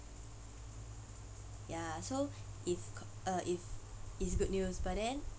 ya so if uh if it's good news but then